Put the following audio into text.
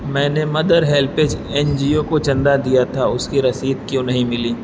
میں نے mother HelpAge N G O کو چندہ دیا تھا اس کی رسید کیوں نہیں ملی